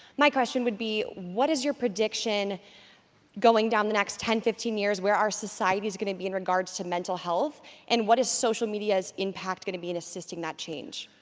my question would be, what is your prediction going down the next ten fifteen year, where our society's gonna be in regards to mental health and what is social media's impact gonna be in assisting that change?